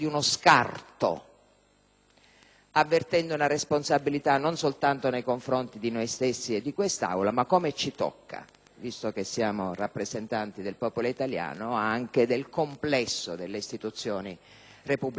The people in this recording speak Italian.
avvertendo la responsabilità non soltanto nei confronti di noi stessi e dell'Aula, ma come ci tocca, visto che siamo rappresentanti del popolo italiano, anche del complesso delle istituzioni repubblicane e democratiche.